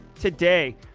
today